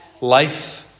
Life